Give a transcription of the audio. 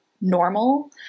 normal